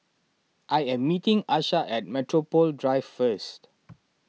I am meeting Asha at Metropole Drive first